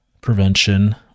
prevention